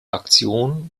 aktion